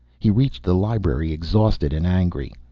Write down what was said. he reached the library, exhausted and angry.